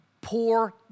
poor